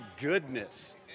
goodness